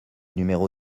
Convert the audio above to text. numéro